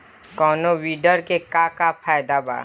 कौनो वीडर के का फायदा बा?